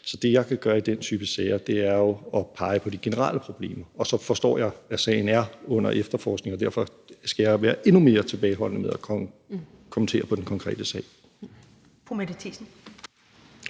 Så det, jeg kan gøre i den type sager, er jo at pege på de generelle problemer. Så forstår jeg, at sagen er under efterforskning, og derfor skal jeg være endnu mere tilbageholdende med at kommentere på den konkrete sag.